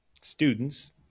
students